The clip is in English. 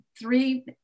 three